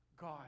God